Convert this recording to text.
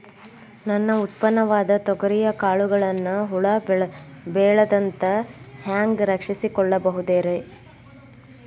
ನನ್ನ ಉತ್ಪನ್ನವಾದ ತೊಗರಿಯ ಕಾಳುಗಳನ್ನ ಹುಳ ಬೇಳದಂತೆ ಹ್ಯಾಂಗ ರಕ್ಷಿಸಿಕೊಳ್ಳಬಹುದರೇ?